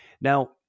Now